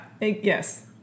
Yes